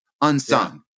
unsung